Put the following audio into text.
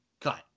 cut